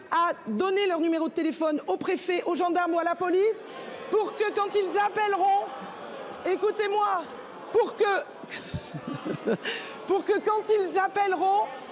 à donner leur numéro de téléphone au préfet, aux gendarmes ou à la police pour que quand ils appelleront. Écoutez moi, pour que. Pour que quand ils appelleront